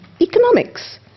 economics